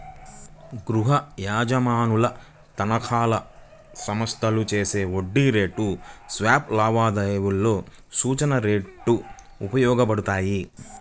గృహయజమానుల తనఖాలు, సంస్థలు చేసే వడ్డీ రేటు స్వాప్ లావాదేవీలలో సూచన రేట్లు ఉపయోగపడతాయి